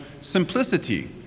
simplicity